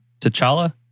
T'Challa